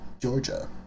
Georgia